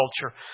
culture